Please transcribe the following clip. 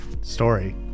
story